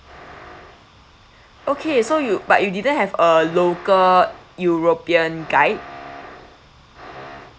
okay so you but you didn't have a local european guide